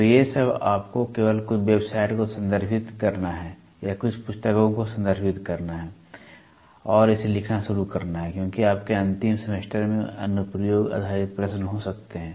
तो ये सब आपको केवल कुछ वेबसाइट को संदर्भित करना है या कुछ पुस्तकों को संदर्भित करना है और इसे लिखना शुरू करना है क्योंकि आपके अंतिम सेमेस्टर में अनुप्रयोग आधारित प्रश्न हो सकते हैं